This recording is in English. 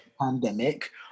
pandemic